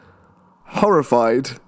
horrified